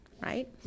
right